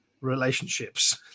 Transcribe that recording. relationships